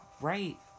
Right